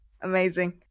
amazing